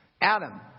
Adam